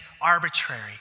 arbitrary